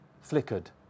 flickered